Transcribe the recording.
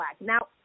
Now